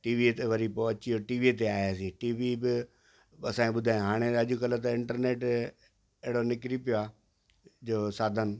टीवीअ ते वरी पोइ अची वियो टीवीअ ते आयासीं टी वी बि असांखे ॿुधायां हाणे अॼुकल्ह त इंटरनेट अहिड़ो निकिरी पियो आहे जो साधन